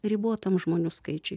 ribotam žmonių skaičiui